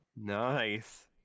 Nice